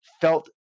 felt